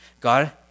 God